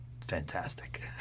fantastic